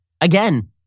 again